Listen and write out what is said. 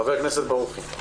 חבר הכנסת ברוכי.